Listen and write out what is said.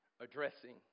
addressing